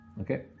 Okay